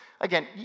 Again